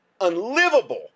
unlivable